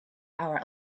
our